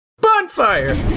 Bonfire